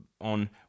on